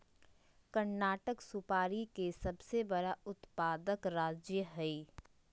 कर्नाटक सुपारी के सबसे बड़ा उत्पादक राज्य हय